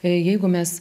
jeigu mes